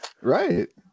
Right